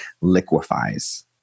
liquefies